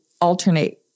alternate